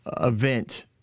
event